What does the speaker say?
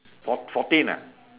four fourteen ah